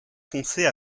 foncée